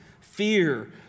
fear